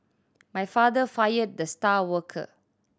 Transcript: my father fired the star worker